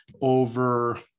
over